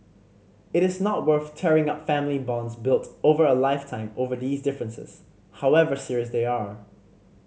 it is not worth tearing up family bonds built over a lifetime over these differences however serious they are